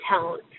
tone